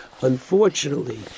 unfortunately